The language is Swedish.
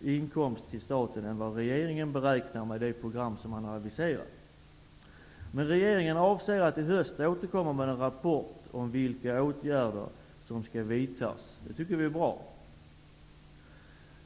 inkomst till staten än vad regeringen beräknar med det program man har aviserat. Regeringen avser att till hösten återkomma med en rapport om vilka åtgärder som skall vidtas. Det tycker vi är bra.